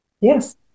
Yes